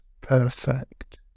perfect